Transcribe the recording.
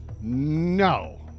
No